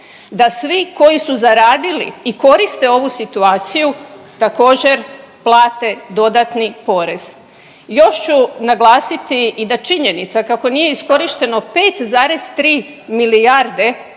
da svi koji su zaradili i koriste ovu situaciju, također, plate dodatni porez. Još ću naglasiti i da činjenica kako nije iskorišteno 5,3 milijarde